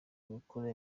gukora